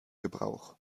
gebrauch